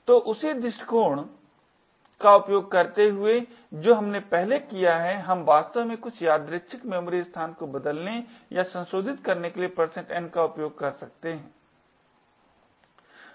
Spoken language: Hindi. तो उसी दृष्टिकोण का उपयोग करते हुए जो हमने पहले किया है हम वास्तव में कुछ यादृछिक मेमोरी स्थान को बदलने या संशोधित करने के लिए n का उपयोग कर सकते हैं